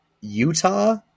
Utah